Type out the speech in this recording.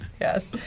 yes